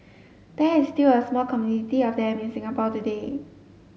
there is still a small community of them in Singapore today